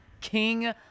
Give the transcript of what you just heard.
king